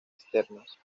externas